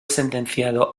sentenciado